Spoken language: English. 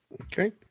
Okay